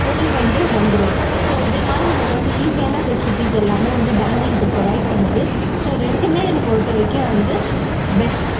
பொருள் வந்து வந்துடும் ஸோ இதே மாதிரி நமக்கு வந்து ஈஸியான ஃபெசிலிட்டிஸ் எல்லாமே வந்து பேங்கிங் இப்போ ப்ரொவைட் பண்ணுது ஸோ ரெண்டுமே என்ன பொறுத்தவரைக்கும் வந்து பெஸ்ட்டு